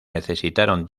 necesitaron